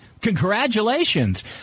Congratulations